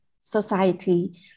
society